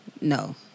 No